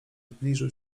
zbliżył